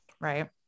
right